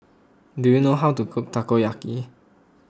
do you know how to cook Takoyaki